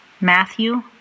Matthew